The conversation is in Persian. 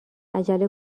عجله